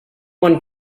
want